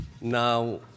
now